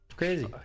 crazy